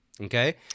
okay